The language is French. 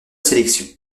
sélection